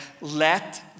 let